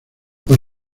por